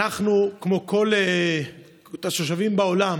אנחנו, כמו כל התושבים בעולם,